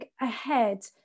ahead